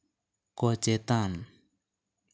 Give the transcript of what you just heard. ᱠᱚ ᱪᱮᱛᱟᱱ